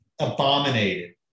abominated